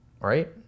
right